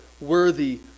worthy